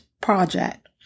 project